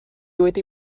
wedi